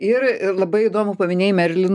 ir labai įdomu paminėjai merlin